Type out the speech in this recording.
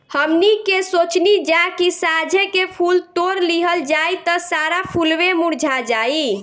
हमनी के सोचनी जा की साझे के फूल तोड़ लिहल जाइ त सारा फुलवे मुरझा जाइ